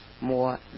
more